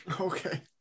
okay